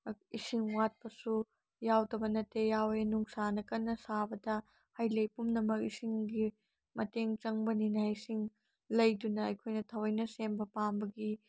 ꯏꯁꯤꯡ ꯋꯥꯠꯄꯁꯨ ꯌꯥꯎꯗꯕ ꯅꯠꯇꯦ ꯌꯥꯎꯏ ꯅꯨꯡꯁꯥꯅ ꯀꯟꯅ ꯁꯥꯕꯗ ꯍꯩꯂꯩ ꯄꯨꯝꯅꯃꯛ ꯏꯁꯤꯡꯒꯤ ꯃꯇꯦꯡ ꯆꯪꯕꯅꯤꯅ ꯏꯁꯤꯡ ꯂꯩꯗꯨꯅ ꯑꯩꯈꯣꯏꯅ ꯊꯑꯣꯏꯅ ꯁꯦꯝꯕ ꯄꯥꯝꯕꯒꯤ